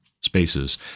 spaces